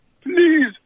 Please